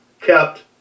kept